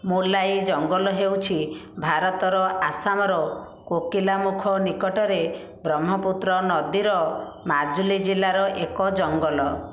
ମୋଲାଇ ଜଙ୍ଗଲ ହେଉଛି ଭାରତର ଆସାମର କୋକିଲାମୁଖ ନିକଟରେ ବ୍ରହ୍ମପୁତ୍ର ନଦୀର ମାଜୁଲି ଜିଲ୍ଲାର ଏକ ଜଙ୍ଗଲ